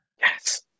Yes